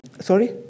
Sorry